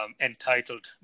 entitled